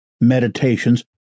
meditations